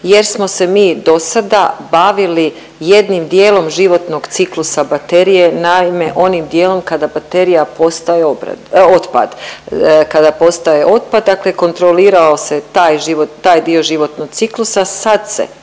jer smo se mi do sada bavili jednim dijelom životnog ciklusa baterije. Naime, onim dijelom kada baterija postaje otpad, dakle kontrolirao se taj dio životnog ciklusa. Sad se